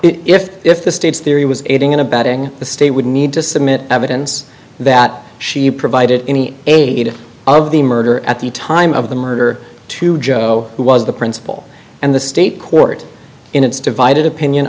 if if the state's theory was aiding and abetting the state would need to submit evidence that she provided any aid of the murder at the time of the murder to joe who was the principal and the state court in its divided opinion